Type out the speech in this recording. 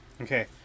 okay